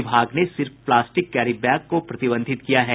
विभाग ने सिर्फ प्लास्टिक कैरी बैग को प्रतिबंधित किया है